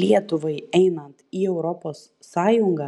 lietuvai einant į europos sąjungą